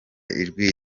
ijwi